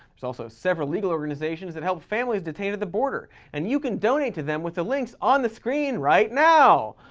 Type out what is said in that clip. there's also several legal organizations that help families detained at the border. and you can donate to them with the links on the screen right now.